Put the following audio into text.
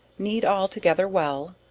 kneed all together well,